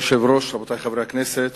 אדוני היושב-ראש, רבותי חברי הכנסת,